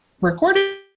recorded